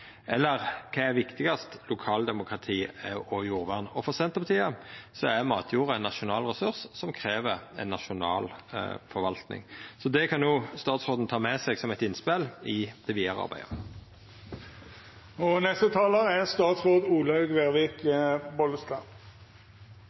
Eller kva er viktigast av lokaldemokrati og jordvern? For Senterpartiet er matjorda ein nasjonal ressurs som krev ei nasjonal forvalting. Det kan statsråden ta med seg som eit innspel i det vidare arbeidet.